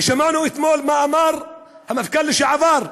ושמענו אתמול מה אמר המפכ"ל לשעבר,